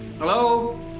Hello